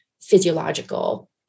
physiological